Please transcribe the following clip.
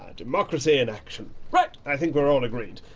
ah democracy in action! right, i think we're all agreed.